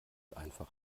einfach